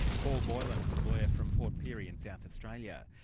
paul boylan, a lawyer from port pirie in south australia.